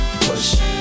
push